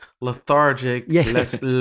lethargic